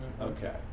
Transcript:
Okay